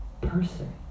person